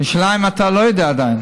אתה עדיין לא יודע.